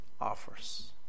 offers